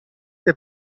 che